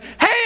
hey